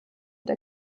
der